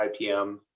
IPM